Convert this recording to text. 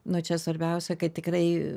nu čia svarbiausia kad tikrai